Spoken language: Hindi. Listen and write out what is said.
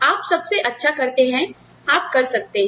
और आप सबसे अच्छा करते हैं आप कर सकते हैं